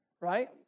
right